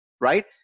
right